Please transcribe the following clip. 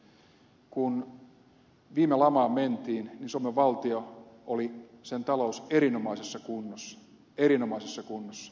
kun viime lamaan mentiin suomen valtiontalous oli erinomaisessa kunnossa erinomaisessa kunnossa